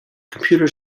computer